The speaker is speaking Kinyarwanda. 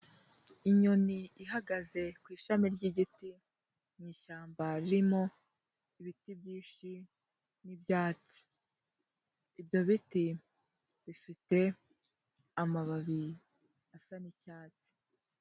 Inyoni ihagaze ku ishami ry'igiti mu ishyamba ririmo ibiti byinshi n'ibyatsi, ibyo biti bifite amababi asa n'icyatsi.